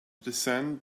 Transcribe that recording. descend